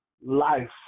life